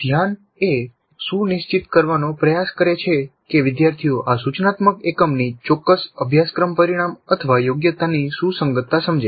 ધ્યાન એ સુનિશ્ચિત કરવાનો પ્રયાસ કરે છે કે વિદ્યાર્થીઓ આ સૂચનાત્મક એકમની ચોક્કસ અભ્યાસક્રમ પરિણામયોગ્યતાની સુસંગતતા સમજે